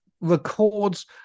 records